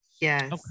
Yes